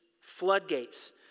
floodgates